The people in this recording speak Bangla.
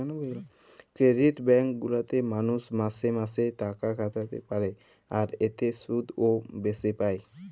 ক্রেডিট ব্যাঙ্ক গুলাতে মালুষ মাসে মাসে তাকাখাটাতে পারে, আর এতে শুধ ও বেশি আসে